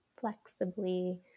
flexibly